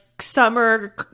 Summer